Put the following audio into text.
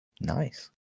Nice